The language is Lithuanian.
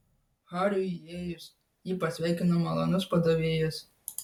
hariui įėjus jį pasveikino malonus padavėjas